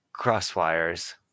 crosswires